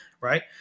right